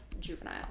juvenile